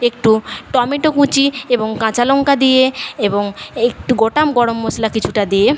একটু টমেটো কুঁচি এবং কাঁচা লঙ্কা দিয়ে এবং একটু গোটা গরম মশলা কিছুটা দিয়ে